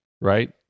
right